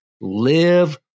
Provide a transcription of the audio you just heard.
Live